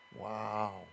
Wow